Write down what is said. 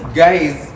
guys